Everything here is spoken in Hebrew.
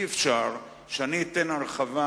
אי-אפשר שאני אתן הרחבה,